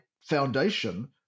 foundation